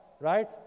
right